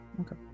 Okay